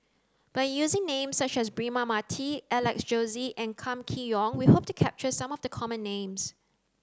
by using names such as Braema Mathi Alex Josey and Kam Kee Yong we hope to capture some of the common names